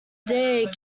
day